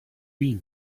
mean